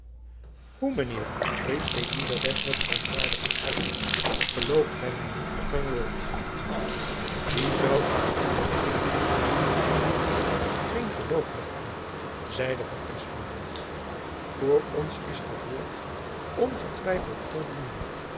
hoe mijn heer riep elizabeth met verontwaardiging uit gelooft gy my niet op mijn woord wie zoû aan het woord eener zoo beminnelijke vrouw geen geloof hechten zeide van espenblad voor ons is dat woord ongetwijfeld voldoende